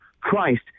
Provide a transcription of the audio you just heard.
Christ